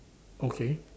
okay